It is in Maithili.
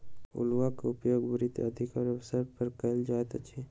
अउलुआ के उपयोग व्रत आदिक अवसर पर कयल जाइत अछि